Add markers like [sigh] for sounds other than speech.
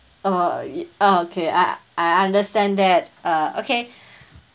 uh it okay I I understand that uh okay [breath]